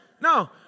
No